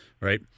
Right